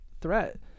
threat